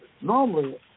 Normally